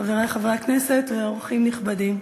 חברי חברי הכנסת ואורחים נכבדים,